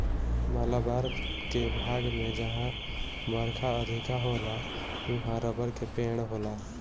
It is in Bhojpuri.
मालाबार के भाग में जहां बरखा अधिका होला उहाँ रबड़ के पेड़ होला